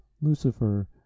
Lucifer